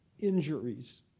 injuries